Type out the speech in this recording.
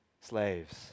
slaves